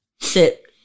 Sit